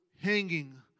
hanging